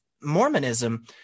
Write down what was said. Mormonism